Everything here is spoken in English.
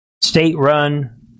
state-run